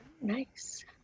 nice